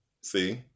See